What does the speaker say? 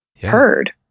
heard